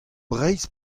breizh